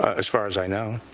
as far as i know